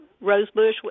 rosebush